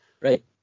Right